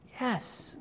Yes